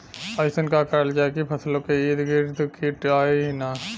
अइसन का करल जाकि फसलों के ईद गिर्द कीट आएं ही न?